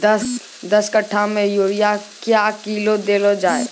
दस कट्ठा मे यूरिया क्या किलो देलो जाय?